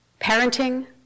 parenting